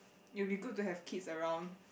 it will be good to have kids around